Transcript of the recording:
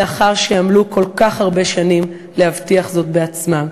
לאחר שעמלו כל כך הרבה שנים להבטיח זאת בעצמם.